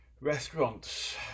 restaurants